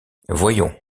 voyons